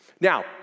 Now